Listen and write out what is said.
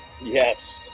yes